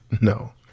No